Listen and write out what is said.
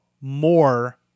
more